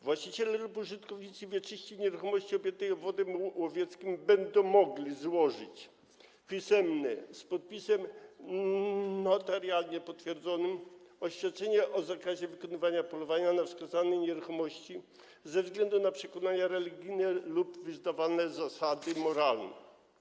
Właściciele lub użytkownicy wieczyści nieruchomości objętej obwodem łowieckim będą mogli złożyć pisemne, z notarialnie potwierdzonym podpisem, oświadczenie o zakazie wykonywania polowania na wskazanej nieruchomości ze względu na przekonania religijne lub wyznawane zasady moralne.